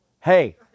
Hey